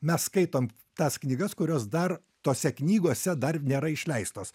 mes skaitom tas knygas kurios dar tose knygose dar nėra išleistos